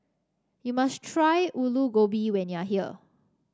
you must try Alu Gobi when you are here